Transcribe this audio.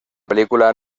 película